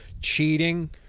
Cheating